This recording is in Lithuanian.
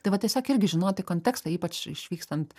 tai va tiesiog irgi žinoti kontekstą ypač išvykstant